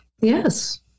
Yes